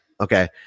Okay